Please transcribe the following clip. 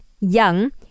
young